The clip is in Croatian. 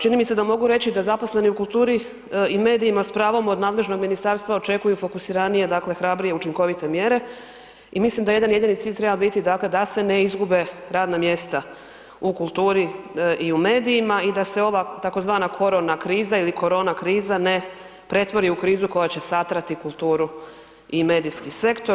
Čini mi se da mogu reći da zaposleni u kulturi i medijima s pravom od nadležnog ministarstva očekuju fokusiranije, dakle hrabrije, učinkovite mjere i mislim da jedan jedini cilj treba biti dakle da se ne izgube radna mjesta u kulturi i u medijima i da se ova tzv. koronakriza ili korona kriza ne pretvori u krizu koja će satrati kulturu i medijski sektor.